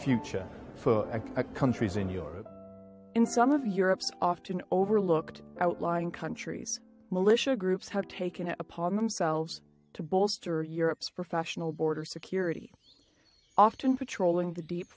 future for countries in europe in some of europe's often overlooked outlying countries militia groups have taken it upon themselves to bolster europe's professional border security often patrolling the deep